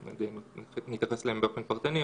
שנתייחס אליהם באופן פרטני,